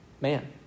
man